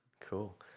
Cool